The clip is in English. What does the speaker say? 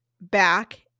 back